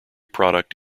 product